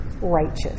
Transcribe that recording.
righteous